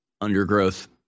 undergrowth